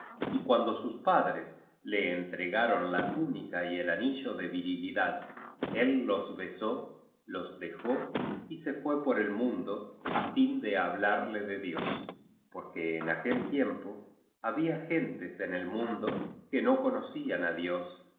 y cuando sus padres c entregaron la túnica y el anillo de virilidad él ios besó los dejó y se fué por el mundo á fin de hablarle de dios porque en aquel tiempo había gentes en el mundo que no conocían á dios